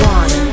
one